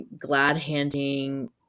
glad-handing